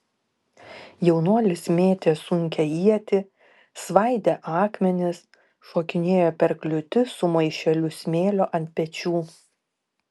jaunuolis mėtė sunkią ietį svaidė akmenis šokinėjo per kliūtis su maišeliu smėlio ant pečių